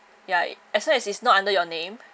ya as long as it's not under your name